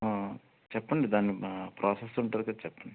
చెప్పండి దాని ప్రాసెస్ ఉంటుంది కదా చెప్పండి